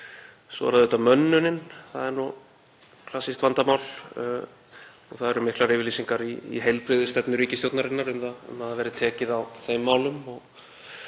Svo er það auðvitað mönnunin, það er klassískt vandamál. Það eru miklar yfirlýsingar í heilbrigðisstefnu ríkisstjórnarinnar um að það verði tekið á þeim málum,